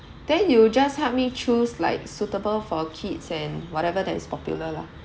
then you just help me choose like suitable for kids and whatever that is popular lah